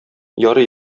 ярый